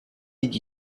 did